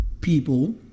people